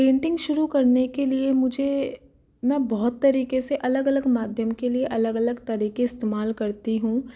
painting शुरू करने के लिए मुझे न बहुत तरीके से अलग अलग माध्यम के लिए अलग अलग तरीके इस्तेमाल करती हूँ